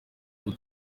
ubu